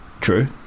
True